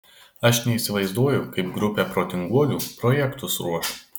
aš neįsivaizduoju kaip grupė protinguolių projektus ruoš